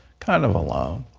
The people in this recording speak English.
kind of alone.